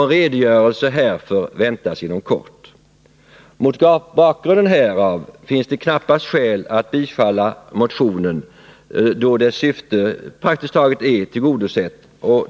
En redogörelse härför väntas inom kort. Mot den bakgrunden finns det knappast skäl att bifalla motionen — dess syfte är praktiskt taget tillgodosett.